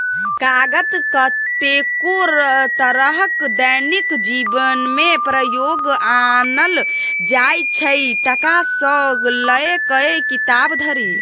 कागत कतेको तरहक दैनिक जीबनमे प्रयोग आनल जाइ छै टका सँ लए कए किताब धरि